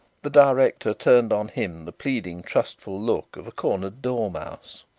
the director turned on him the pleading, trustful look of a cornered dormouse.